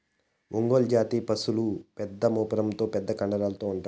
ఒంగోలు జాతి పసులు పెద్ద మూపురంతో పెద్ద కండరాలతో ఉంటాయి